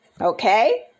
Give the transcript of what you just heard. Okay